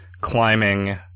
climbing